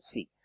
See